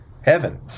heaven